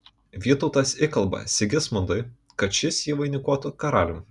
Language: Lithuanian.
vytautas įkalba sigismundui kad šis jį vainikuotų karalium